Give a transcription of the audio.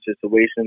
situation